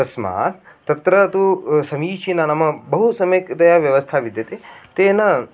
तस्मात् तत्र तु समीचीनं नाम बहु सम्यक्तया व्यवस्था विद्यते तेन